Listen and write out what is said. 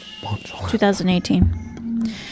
2018